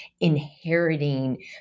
inheriting